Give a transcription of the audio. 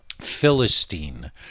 Philistine